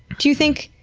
do you think?